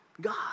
God